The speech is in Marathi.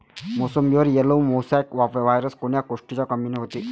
मोसंबीवर येलो मोसॅक वायरस कोन्या गोष्टीच्या कमीनं होते?